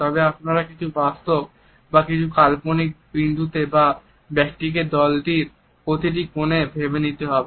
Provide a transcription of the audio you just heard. তবে আপনাকে কিছু বাস্তব বা কাল্পনিক বিন্দুকে বা ব্যক্তিকে দলটির প্রতিটি কোণে ভেবে নিতে হবে